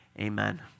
Amen